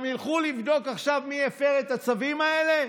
הם גם ילכו לבדוק עכשיו מי הפר את הצווים האלה?